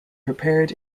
prepared